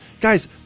guys